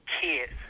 kids